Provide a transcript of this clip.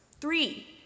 three